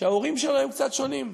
שההורים שלו הם קצת שונים,